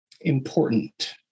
important